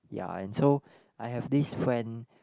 ya and so I have this when